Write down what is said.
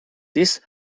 these